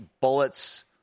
bullets